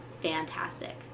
fantastic